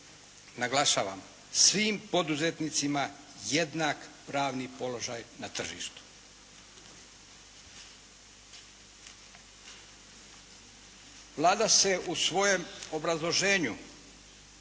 naglašavam, svim poduzetnicima jednak pravni položaj na tržištu. Vlada se u svojem obrazloženju